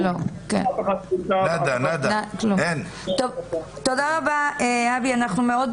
תודה רבה אבי, אנחנו מאוד